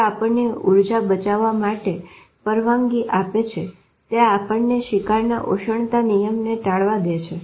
તે આપણને ઊર્જા બચાવવા માટે પરવાનગી આપે છે તે આપણને શિકારના ઉષ્ણતા નિયમનને ટાળવા દે છે